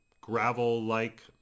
gravel-like